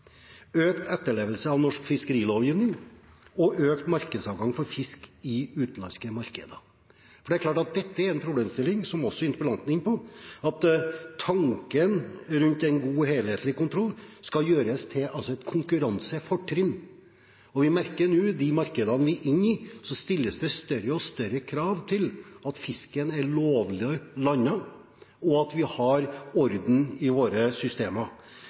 økt etterlevelse av norsk fiskerilovgivning økt markedsadgang for fisk i utenlandske markeder For det er klart at det er en problemstilling, som også interpellanten er inne på, at tanken rundt en god, helhetlig kontroll skal gjøres til et konkurransefortrinn. Vi merker nå at i de markedene vi er inne i, stilles det større og større krav til at fisken er lovlig landet, og at vi har orden i våre systemer.